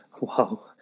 Wow